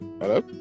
Hello